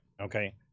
Okay